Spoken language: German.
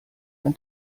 ein